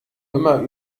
immer